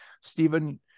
Stephen